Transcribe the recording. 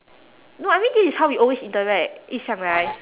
no I mean this is how we always interact 一向来